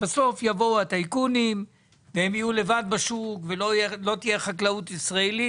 בסוף יבואו הטייקונים שיהיו לבד בשוק ולא תהיה חקלאות ישראלית.